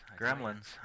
gremlins